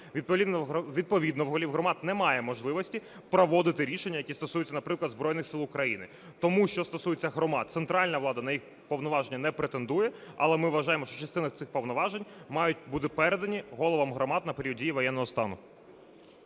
Відповідно в голів громад немає можливості проводити рішення, які стосуються, наприклад, Збройних Сил України. Тому, що стосується громад, центральна влада на їх повноваження не претендує, але ми вважаємо, що частина цих повноважень має бути передана головам громад на період дії воєнного стану.